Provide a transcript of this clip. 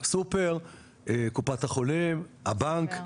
הסופר, קופת חולים, הבנק,